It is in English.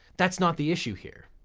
that's not the issue here.